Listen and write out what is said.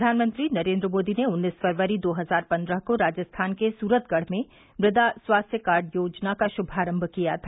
प्रधानमंत्री नरेंद्र मोदी ने उन्नीस फरवरी दो हजार पन्द्रह को राजस्थान के सूरतगढ़ में मृदा स्वास्थ्य कार्ड योजना का शुभारंभ किया था